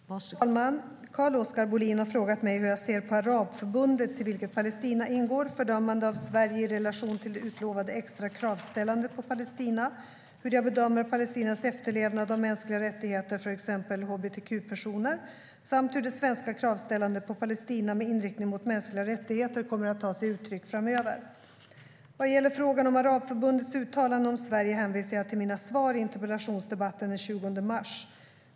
Fru talman! Carl-Oskar Bohlin har frågat mig hur jag ser på Arabförbundets, i vilket Palestina ingår, fördömande av Sverige i relation till det utlovade extra kravställandet på Palestina, hur jag bedömer Palestinas efterlevnad av mänskliga rättigheter för exempelvis hbtq-personer samt hur det svenska kravställandet på Palestina med inriktning mot mänskliga rättigheter kommer att ta sig uttryck framöver. Vad gäller frågan om Arabförbundets uttalande om Sverige hänvisar jag till mina svar i interpellationsdebatten den 20 mars.